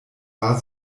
war